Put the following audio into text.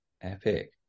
Epic